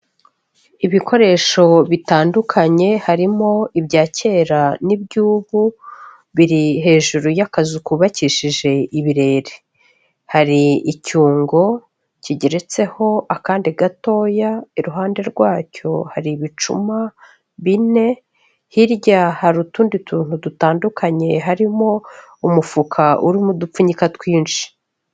Ibikoresho bitandukanye harimo ibya kera n'iby'ubu, biri hejuru y'akazu kubakishije ibirere, hari icyungo kigeretseho akandi gatoya iruhande rwacyo hari ibicuma bine, hirya hari utundi tuntu dutandukanye harimo umufuka urimo udupfunyika twinshi.